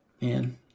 Man